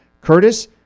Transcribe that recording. Curtis